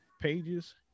pages